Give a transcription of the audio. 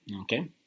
Okay